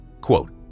Quote